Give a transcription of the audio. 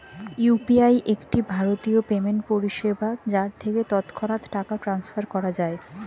UPI একটি ভারতীয় payment পরিষেবা যার থেকে তৎক্ষণাৎ টাকা ট্রান্সফার করা যায়